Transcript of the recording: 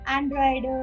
Android